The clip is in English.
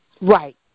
Right